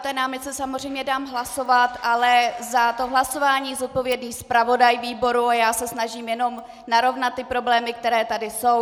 O námitce dám samozřejmě hlasovat, ale za hlasování je zodpovědný zpravodaj výboru a já se snažím jenom narovnat problémy, které tady jsou.